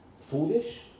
foolish